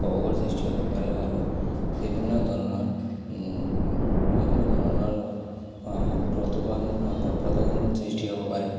অসুখৰ সৃষ্টি হ'ব পাৰে আৰু বিভিন্ন ধৰণৰ বিভিন্ন ধৰণৰ প্ৰদূষণ প্ৰদূষণ সৃষ্টি হ'ব পাৰে